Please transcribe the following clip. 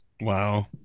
Wow